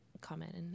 comment